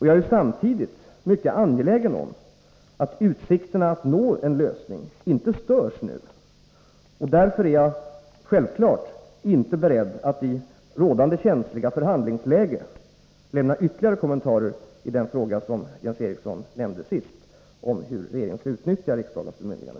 Jag är samtidigt mycket angelägen om att utsikterna att nå en lösning inte störs nu. Därför är jag självfallet inte beredd att i rådande känsliga förhandlingsläge lämna ytterligare kommentarer i den fråga som Jens Eriksson nämnde sist, om hur regeringen skall utnyttja riksdagens bemyndigande.